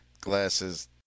glasses